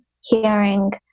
hearing